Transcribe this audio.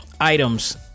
items